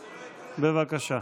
בבקשה.